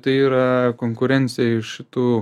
tai yra konkurencija iš šitų